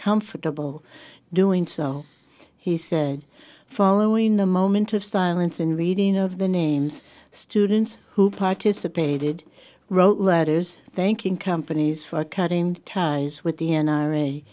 comfortable doing so he said following the moment of silence and reading of the names students who participated wrote letters thanking companies for cutting ties with the n